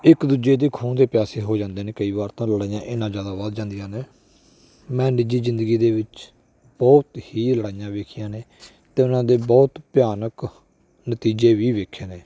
ਇੱਕ ਦੂਜੇ ਦੇ ਖੂਨ ਦੇ ਪਿਆਸੇ ਹੋ ਜਾਂਦੇ ਨੇ ਕਈ ਵਾਰ ਤਾਂ ਲੜਾਈਆਂ ਇੰਨਾਂ ਜ਼ਿਆਦਾ ਵੱਧ ਜਾਂਦੀਆਂ ਨੇ ਮੈਂ ਨਿੱਜੀ ਜ਼ਿੰਦਗੀ ਦੇ ਵਿੱਚ ਬਹੁਤ ਹੀ ਲੜਾਈਆਂ ਵੇਖੀਆਂ ਨੇ ਅਤੇ ਉਹਨਾਂ ਦੇ ਬਹੁਤ ਭਿਆਨਕ ਨਤੀਜੇ ਵੀ ਵੇਖੇ ਨੇ